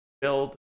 build